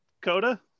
coda